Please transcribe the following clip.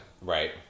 Right